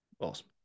awesome